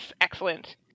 Excellent